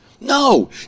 No